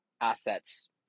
assets